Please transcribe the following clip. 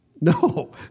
No